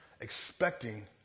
expecting